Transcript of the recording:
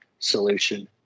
Solution